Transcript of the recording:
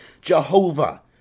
Jehovah